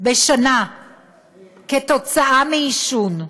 בשנה עקב עישון,